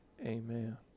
Amen